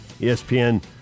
ESPN